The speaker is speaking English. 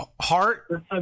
Heart